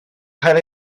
cael